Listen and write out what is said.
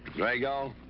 drago!